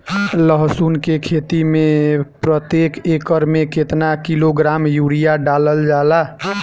लहसुन के खेती में प्रतेक एकड़ में केतना किलोग्राम यूरिया डालल जाला?